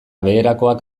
beherakoak